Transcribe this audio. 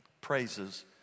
praises